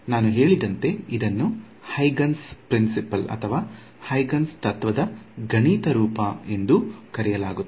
ನಾನು ಹೇಳಿದಂತೆ ಇದನ್ನು ಹೈಗನ್ಸ್ ತತ್ವದ ಗಣಿತ ರೂಪ ಎಂದೂ ಕರೆಯಲಾಗುತ್ತದೆ